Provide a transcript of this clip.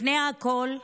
לפני הכול,